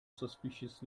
suspicious